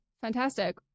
Fantastic